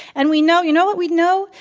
and we know you know what we know?